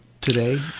today